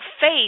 faith